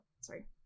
sorry